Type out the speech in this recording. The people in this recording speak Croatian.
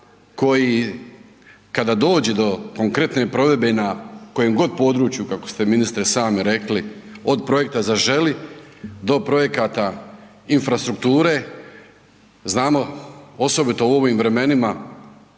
koji kada dođe do konkretne provedbe i na kojem god području, kako ste, ministre, sami rekli, od projekta Zaželi do projekata infrastrukture. Znamo, osobito u ovim vremenima